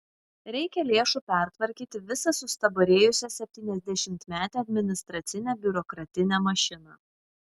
reikia lėšų pertvarkyti visą sustabarėjusią septyniasdešimtmetę administracinę biurokratinę mašiną